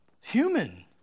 Human